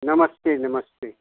नमस्ते नमस्ते